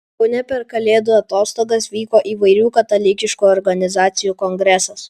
kaune per kalėdų atostogas vyko įvairių katalikiškų organizacijų kongresas